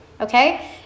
Okay